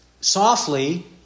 softly